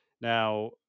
Now